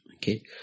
Okay